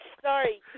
Sorry